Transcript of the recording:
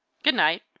good night.